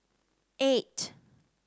eight